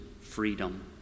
freedom